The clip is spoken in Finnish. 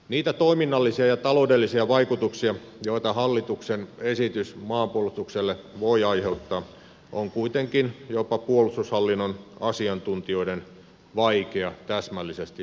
niitä toiminnallisia ja taloudellisia vaikutuksia joita hallituksen esitys maanpuolustukselle voi aiheuttaa on kuitenkin jopa puolustushallinnon asiantuntijoiden vaikea täsmällisesti arvioida